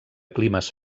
climes